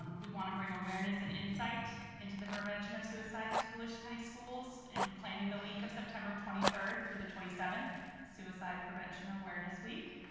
we want to bring awareness and insight into the prevention of suicide to volusia county schools in proclaiming the week of september twenty third through the twenty seventh suicide prevention awareness week.